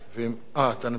אה, אתה נמצא.